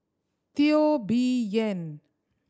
Teo Bee Yen